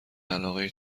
علاقه